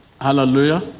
hallelujah